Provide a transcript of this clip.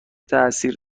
تاثیر